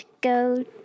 go